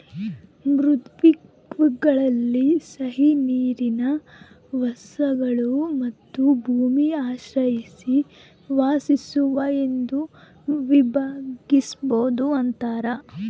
ಮೃದ್ವಂಗ್ವಿಗಳಲ್ಲಿ ಸಿಹಿನೀರಿನ ವಾಸಿಗಳು ಮತ್ತು ಭೂಮಿ ಆಶ್ರಯಿಸಿ ವಾಸಿಸುವ ಎಂದು ವಿಭಾಗಿಸ್ಬೋದು ಅಂತಾರ